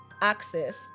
access